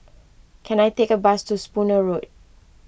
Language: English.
can I take a bus to Spooner Road